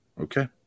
okay